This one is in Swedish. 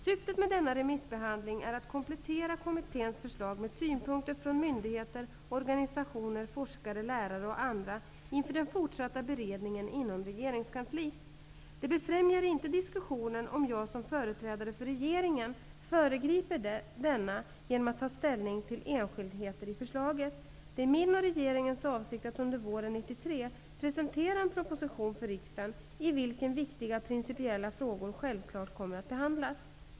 Syftet med denna remissbehandling är att komplettera kommitténs förslag med synpunkter från myndigheter, organisationer, forskare, lärare och andra inför den fortsatta beredningen inom regeringskansliet. Det befrämjar inte diskussionen att jag som företrädare för regeringen föregriper denna genom att ta ställning till enskildheter i förslaget. Det är min och regeringens avsikt att under våren 1993 presentera en proposition för riskdagen i vilken viktiga principiella frågor självfallet kommer att behandlas.